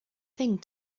thing